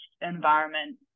environment